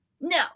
no